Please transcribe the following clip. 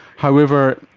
however,